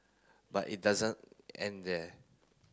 but it doesn't end there